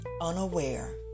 unaware